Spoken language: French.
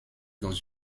dans